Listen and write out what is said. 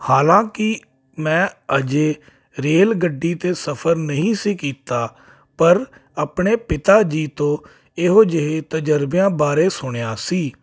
ਹਾਲਾਂਕਿ ਮੈਂ ਅਜੇ ਰੇਲ ਗੱਡੀ 'ਤੇ ਸਫਰ ਨਹੀਂ ਸੀ ਕੀਤਾ ਪਰ ਆਪਣੇ ਪਿਤਾ ਜੀ ਤੋਂ ਇਹੋ ਜਿਹੇ ਤਜਰਬਿਆਂ ਬਾਰੇ ਸੁਣਿਆ ਸੀ